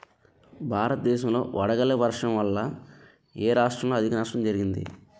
భారతదేశం లో వడగళ్ల వర్షం వల్ల ఎ రాష్ట్రంలో అధిక నష్టం జరిగింది?